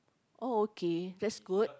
oh okay that's good